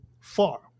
far